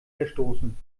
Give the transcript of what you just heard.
verstoßen